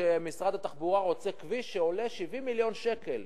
ומשרד התחבורה רוצה כביש שעולה 70 מיליון שקל.